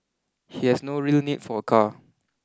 he has no real need for a car